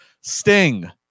Sting